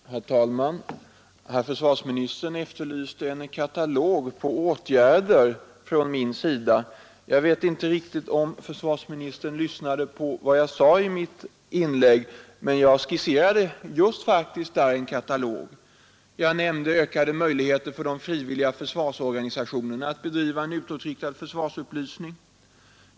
Herr talman! Herr försvarsministern efterlyste en katalog på åtgärder från min sida. Jag vet inte riktigt om försvarsministern lyssnade på vad jag sade i mitt inlägg, men jag skisserade faktiskt där en katalog. Jag nämnde ökade möjligheter för de frivilliga försvarsorganisationerna att bedriva en utåtriktad försvarsupplysning.